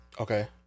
Okay